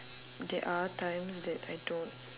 there are times that I don't